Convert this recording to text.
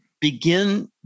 Begin